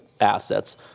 assets